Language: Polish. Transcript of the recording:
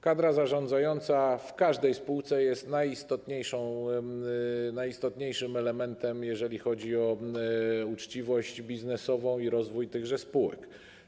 Kadra zarządzająca w każdej spółce jest najistotniejszym elementem, jeżeli chodzi o uczciwość biznesową i rozwój tychże spółek.